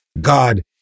God